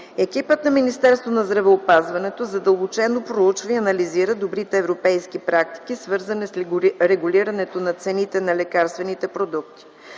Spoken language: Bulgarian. Екипът на Министерството на здравеопазването задълбочено проучи и анализира добрите европейски практики, свързани с регулирането на цените на лекарствените продукти.